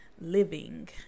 living